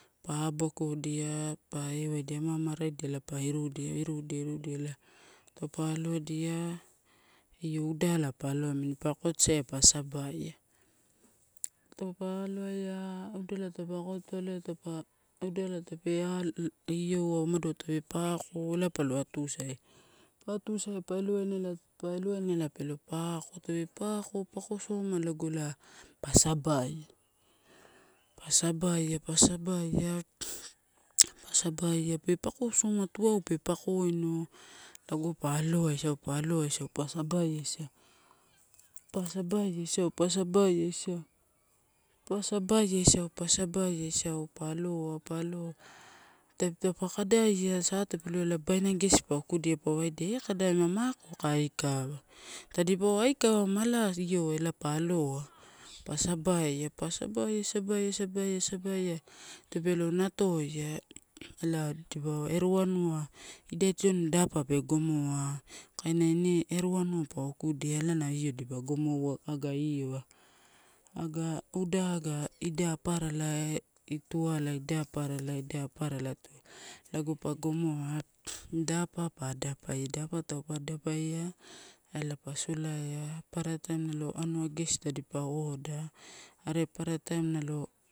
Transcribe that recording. Pa abokodia pa ewaidia ama amaraidia ela pa irudia, irudia, irudia ela taupa aloadia io udala pa aloina amini pa akotosaia pa sabaia. Taupa aloaia, udala taupa akotoalai taupa, udala al iona umado tape pako ela palo atusaia. Pa atusaia pa elowaina ela, pa elowaina ela pelo pako, tape pako, pakosoma lago ela pa sabaia, pa sabaia, pa sabaia, pa sabaia pe pakosoma tuau pe pakoino lago pa aloaisau, pa aloaisau. pa sabaia isau, pa sabaia isau, pa sabaia isau, pa sabaia isgu, sabaia isau, pa aloa, pa aloa taupa kadaia satapeloua babaina gesi pa okudia pa waidia ekadaia ma mako aka aikawa. Tadipauwa ikawa mala io, ela pa alowa pa sabaia, pa sabaia, sabaia, sabaia, sabaia, sabaia, tape io natoia ela dipauwa erua anua, idai tioni dapa pe goma kaina ine erua anua pa okudia elana io dipa gomo oua aga wai, aga udaaga. Ida aparala tuala aparala ida aparola tu ali, lago pa gomoa dapa pa adapaia, dapa taupa adapaia ela pa solaiala, papara taini nalo anua gegesi tadipa oda are papara taim nalo.